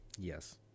Yes